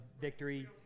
victory